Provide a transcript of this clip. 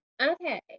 okay